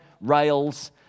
rails